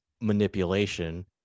manipulation